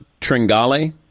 Tringale